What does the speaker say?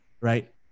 right